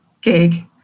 gig